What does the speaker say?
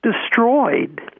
destroyed